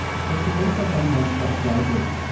but you are also sometimes frustrated.